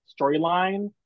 storyline